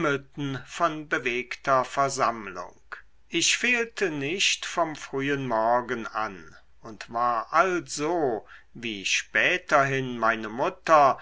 bewegter versammlung ich fehlte nicht vom frühen morgen an und war also wie späterhin meine mutter